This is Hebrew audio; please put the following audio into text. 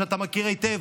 שאתה מכיר היטב.